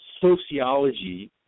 sociology